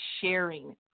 sharing